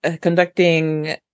conducting